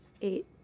Eight